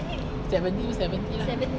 seventy pun seventy lah